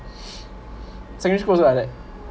secondary school ah that